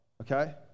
okay